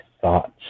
thoughts